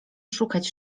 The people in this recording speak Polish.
szukać